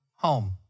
Home